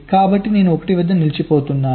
కాబట్టి నేను 1 వద్ద నిలిచిపోతున్నాను